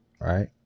right